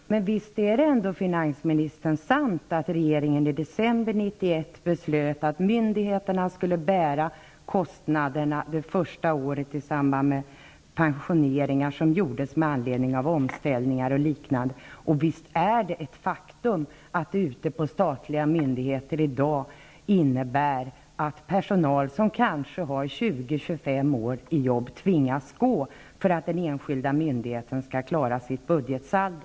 Herr talman! Men visst är det ändå, finansministern, sant att regeringen i december 1991 beslöt att myndigheterna skulle bära kostnaderna under det första året i samband med pensioneringar som skedde med anledning av om ställningar o. d. Och visst är det ett faktum att detta ute på statliga myndig heter i dag innebär att personer som kanske har 20--25 års anställning inom ett jobb tvingas gå för att den enskilda myndigheten skall klara sitt budget saldo.